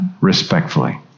respectfully